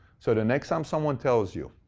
so the next time someone tells you